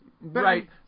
Right